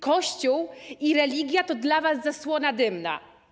Kościół i religia to dla was zasłona dymna.